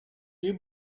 you